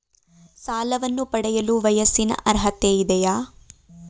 ಸಾಲವನ್ನು ಪಡೆಯಲು ವಯಸ್ಸಿನ ಅರ್ಹತೆ ಇದೆಯಾ?